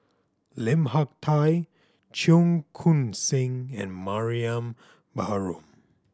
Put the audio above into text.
Lim Hak Tai Cheong Koon Seng and Mariam Baharom